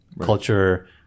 culture